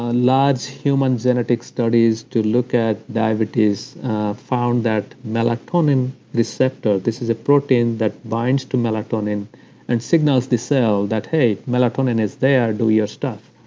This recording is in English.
ah large human genetic studies to look at diabetes found that melatonin receptor, this is a protein that binds to melatonin and signals the cell that, hey, melatonin is there, do your stuff.